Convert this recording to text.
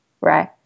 right